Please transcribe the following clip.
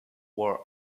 were